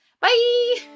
bye